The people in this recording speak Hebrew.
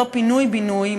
אותו פינוי-בינוי,